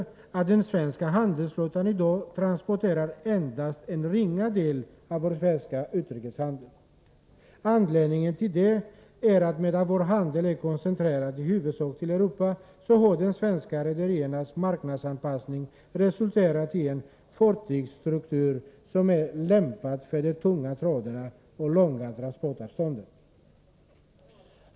Den svenska flottan svarar i dag för endast en ringa del av vår svenska utrikeshandel. Anledningen till detta är, att medan vår handel är koncentrerad i huvudsak till Europa, har de svenska rederiernas marknadsanpassning resulterat i en fartygsstruktur som är lämpad för de tunga traderna och långa transportavstånden.